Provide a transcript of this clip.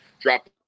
drop